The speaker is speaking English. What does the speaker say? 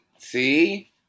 See